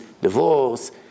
divorce